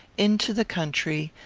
into the country,